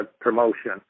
promotion